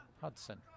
Hudson